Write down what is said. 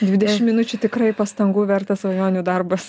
dvidešimt minučių tikrai pastangų vertas svajonių darbas